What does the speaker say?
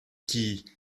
qui